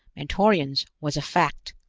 mentorians, was a fact.